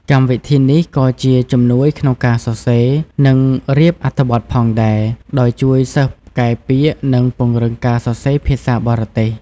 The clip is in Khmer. កម្មវិធីនេះក៏ជាជំនួយក្នុងការសរសេរ និងរៀបអត្ថបទផងដែរ ដោយជួយសិស្សកែពាក្យ និងពង្រឹងការសរសេរភាសាបរទេស។